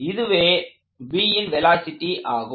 இதுவே Bன் வெலாசிட்டி ஆகும்